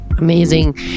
Amazing